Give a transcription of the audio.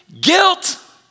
guilt